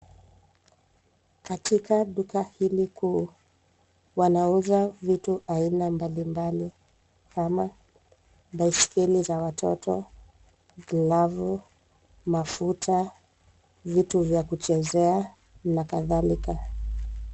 Katika duka hili kuu, wanauza vitu wa aina mbalimbali kama baiskeli za watoto, glavu ,mafuta, vitu vya kuchezea na kadhalika.